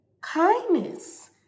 kindness